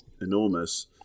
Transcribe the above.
enormous